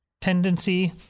tendency